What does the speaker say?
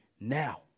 now